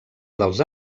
dels